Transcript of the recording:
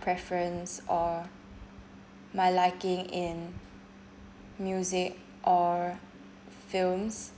preference or my liking in music or films